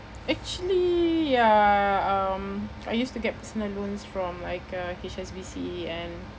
actually ya um I used to get personal loans from like uh H_S_B_C and